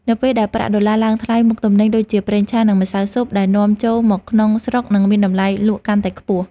នៅពេលដែលប្រាក់ដុល្លារឡើងថ្លៃមុខទំនិញដូចជាប្រេងឆានិងម្សៅស៊ុបដែលនាំចូលមកក្នុងស្រុកនឹងមានតម្លៃលក់កាន់តែខ្ពស់។